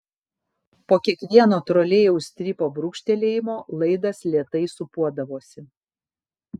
po kiekvieno trolėjaus strypo brūkštelėjimo laidas lėtai sūpuodavosi